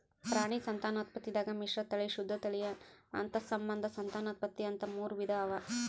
ಪ್ರಾಣಿ ಸಂತಾನೋತ್ಪತ್ತಿದಾಗ್ ಮಿಶ್ರತಳಿ, ಶುದ್ಧ ತಳಿ, ಅಂತಸ್ಸಂಬಂಧ ಸಂತಾನೋತ್ಪತ್ತಿ ಅಂತಾ ಮೂರ್ ವಿಧಾ ಅವಾ